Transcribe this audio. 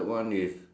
the what